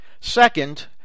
Second